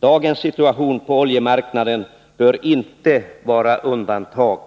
Dagens situation på oljemarknaden bör inte vara ett undantag.